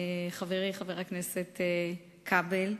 חברי חבר הכנסת כבל,